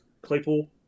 Claypool